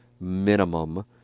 minimum